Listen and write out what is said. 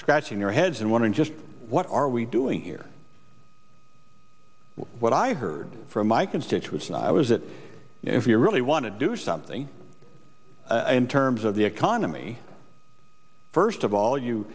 scratching their heads and wondering just what are we doing here what i heard from my constituents and i was that if you really want to do something in terms of the economy first of all you